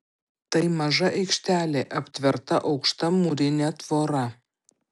tai maža aikštelė aptverta aukšta mūrine tvora